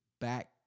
back